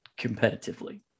competitively